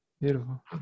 Beautiful